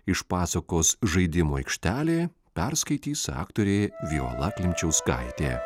iš pasakos žaidimų aikštelė perskaitys aktorė viola klimčiauskaitė